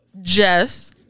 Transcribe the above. Jess